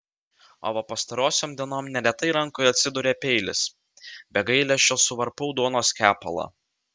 o va pastarosiom dienom neretai rankoje atsiduria peilis be gailesčio suvarpau duonos kepalą